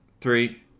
Three